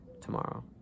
tomorrow